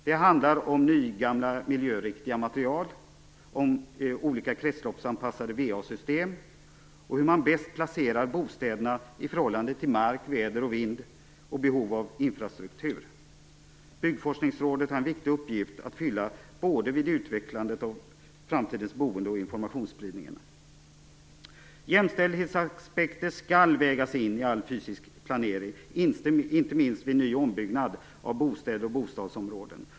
Det handlar om nygamla miljöriktiga material, olika kretsloppsanpassade va-system och hur man bäst placerar bostäderna i förhållande till mark, väder och vind och behov av infrastruktur. Byggforsknigsrådet har en viktig uppgift att fylla både vid utvecklandet av framtidens boende och vid informationsspridningen. 8. Jämställdhetsaspekter skall vägas in i all fysisk planering, inte minst vid ny och ombyggnad av bostäder och bostadsområden.